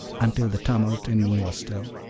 until the tumult in me was still,